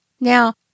Now